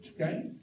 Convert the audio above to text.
Okay